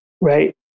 Right